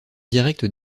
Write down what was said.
direct